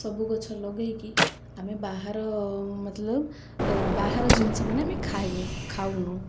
ସବୁ ଗଛ ଲଗାଇକି ଆମେ ବାହାର ମତଲବ ବାହାର ଜିନିଷ ମାନ ଆମେ ଖାଇନୁ ଖାଉନୁ